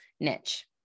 niche